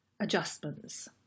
adjustments